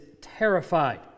terrified